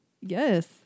Yes